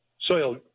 soil